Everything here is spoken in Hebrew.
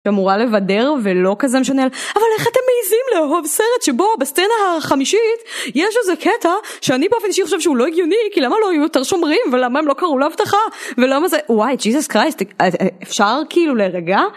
אמורה לבדר ולא כזה משנה אבל איך אתם מעיזים לאהוב סרט שבו בסצנה החמישית יש איזה קטע שאני באופן אישי חושב שהוא לא הגיוני כי למה לא היו יותר שומרים ולמה הם לא קראו לאבטחה ולמה זה... וואי ג'יסוס קרייסט אפשר כאילו להירגע